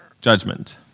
judgment